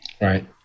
right